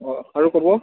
অ' আৰু ক'ব